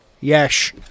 Yes